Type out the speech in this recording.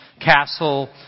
castle